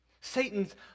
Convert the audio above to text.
Satan's